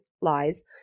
lies